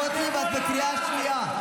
אני דובר אמת, לא שקרן כמו החברים שלך.